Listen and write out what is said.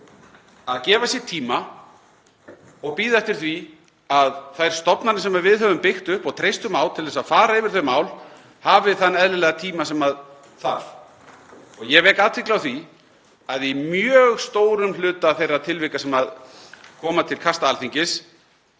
að gefa sér tíma og bíða eftir því að þær stofnanir sem við höfum byggt upp og treystum á til að fara yfir þau mál hafi þann eðlilega tíma sem þarf. Ég vek athygli á því að í mjög stórum hluta þeirra tilvika sem koma til kasta Alþingis